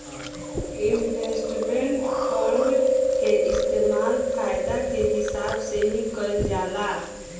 investment fund के इस्तेमाल फायदा के हिसाब से ही कईल जाला